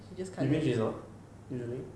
you mean she's not usually